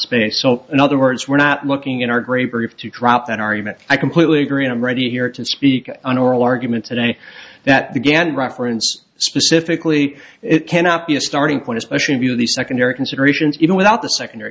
spin so in other words we're not looking in our grave to drop an argument i completely agree and i'm ready here to speak on oral argument today that began reference specifically it cannot be a starting point especially a view of the secondary considerations even without the secondary